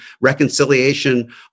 reconciliation